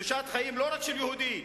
קדושת חיים לא רק של יהודי,